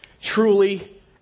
truly